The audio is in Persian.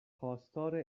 خواستار